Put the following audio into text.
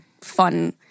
fun